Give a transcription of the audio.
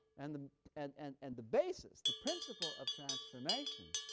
and the and and and the basis, the principle of transformation,